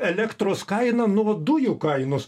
elektros kainą nuo dujų kainos